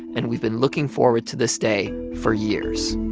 and we've been looking forward to this day for years.